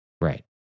right